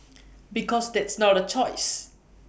because that's not A choice